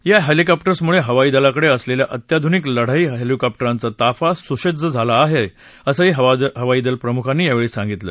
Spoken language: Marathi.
या हेलिकॉप्टरमुळे हवाई दलाकडे असलेल्या अत्याधुनिक लढाऊ हेलिकॉप्टरांचा ताफा सुसज्ज झाला असल्याचं हवाईदल प्रमुखांनी सांगितलं